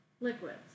liquids